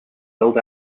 build